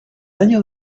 año